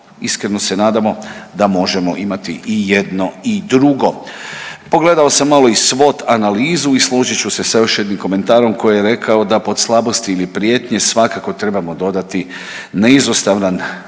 iskreno se nadamo da možemo imati i jedno i drugo. Pogledao sam malo i swot analizu i složit ću se sa još jednim komentarom koji je rekao da pod slabosti ili prijetnje svakako trebamo dodati neizostavan